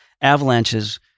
Avalanches